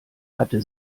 hatte